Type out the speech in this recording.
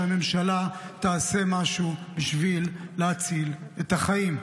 שהממשלה תעשה משהו בשביל להציל את החיים.